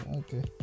okay